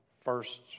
first